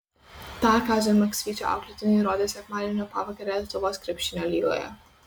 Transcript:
tą kazio maksvyčio auklėtiniai įrodė sekmadienio pavakarę lietuvos krepšinio lygoje